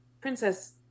Princess